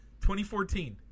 2014